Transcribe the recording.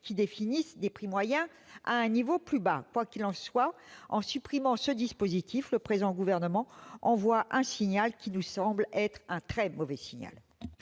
qui définisse des prix moyens à un niveau plus bas. Quoi qu'il en soit, en supprimant ce dispositif, le présent gouvernement envoie un très mauvais signal.